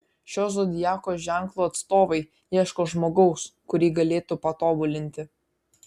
šio zodiako ženklo atstovai ieško žmogaus kurį galėtų patobulinti